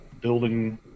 building